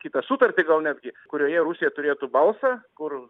kitą sutartį gal netgi kurioje rusija turėtų balsą kur